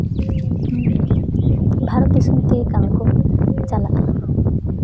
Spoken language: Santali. ᱵᱷᱟᱨᱚᱛ ᱫᱤᱥᱚᱢ ᱛᱮ ᱠᱟᱹᱢᱤ ᱠᱚ ᱪᱟᱞᱟᱜᱼᱟ